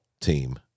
team